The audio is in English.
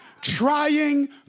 Trying